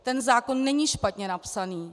Ten zákon není špatně napsaný.